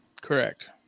Correct